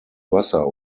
wasser